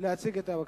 להציג את הבקשה.